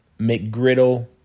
McGriddle